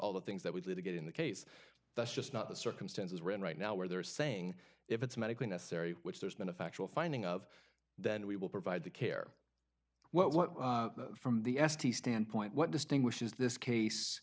all the things that we did to get in the case that's just not the circumstances we're in right now where they're saying if it's medically necessary which there's been a factual finding of then we will provide the care what what from the estee standpoint what distinguishes this case